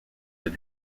that